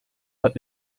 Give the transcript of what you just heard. hat